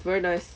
very nice